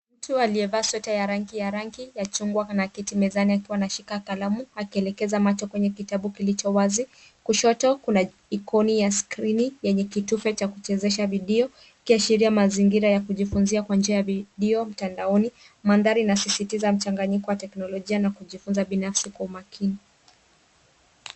Mtu aliyevaa sweta ya rangi ya rangi ya chungwa anaketi mezani akiwa anashika kalamu akielekeza macho kwenye kitabu kilicho wazi, kushoto kuna ikoni ya skrini yenye kitufe cha kuchezesha bidio, ikiashiria mazingira ya kujifunzia kwa njia ya bidio mtandaoni. Mandhari inasisitiza mchanganyiko wa kiteknolojia na kujifunza binafsi kwa umakini.